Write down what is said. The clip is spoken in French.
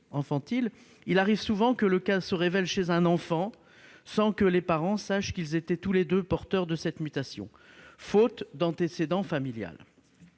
infantile, survenaient souvent chez un enfant sans que les parents sachent qu'ils étaient tous les deux porteurs de cette mutation, faute d'antécédent familial.